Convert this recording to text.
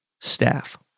staff